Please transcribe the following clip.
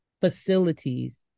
facilities